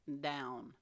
down